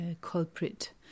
culprit